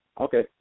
Okay